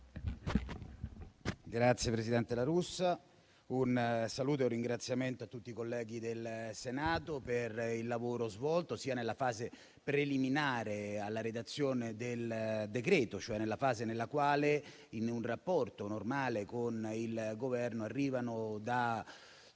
innanzitutto rivolgo un saluto e un ringraziamento a tutti i colleghi del Senato per il lavoro svolto anche nella fase preliminare alla redazione del decreto-legge, cioè nella fase nella quale, in un rapporto normale con il Governo, arrivano da